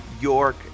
York